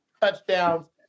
touchdowns